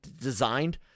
designed